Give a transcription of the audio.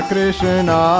Krishna